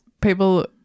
people